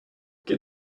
get